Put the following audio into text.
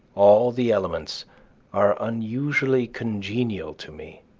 all the elements are unusually congenial to me.